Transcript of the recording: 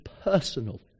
personal